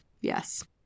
yes